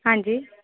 ਹਾਂਜੀ